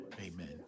amen